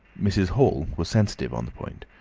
mrs. hall was sensitive on the point.